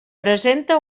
presenta